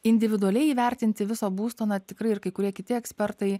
individualiai įvertinti viso būsto na tikrai ir kai kurie kiti ekspertai